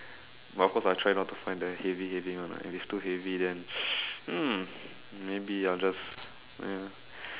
but of course I'll try not to find the heavy heavy one ah if it's too heavy then hmm maybe I'll just ya